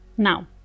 Now